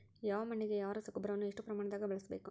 ಯಾವ ಮಣ್ಣಿಗೆ ಯಾವ ರಸಗೊಬ್ಬರವನ್ನು ಎಷ್ಟು ಪ್ರಮಾಣದಾಗ ಬಳಸ್ಬೇಕು?